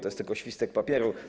To jest tylko świstek papieru.